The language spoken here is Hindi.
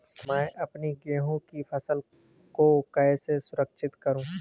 मैं अपनी गेहूँ की फसल को कैसे सुरक्षित करूँ?